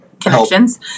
connections